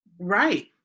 right